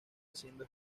haciendo